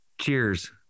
cheers